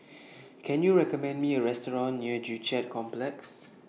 Can YOU recommend Me A Restaurant near Joo Chiat Complex